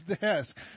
desk